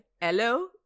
hello